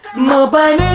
nobody